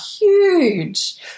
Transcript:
huge